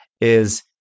is-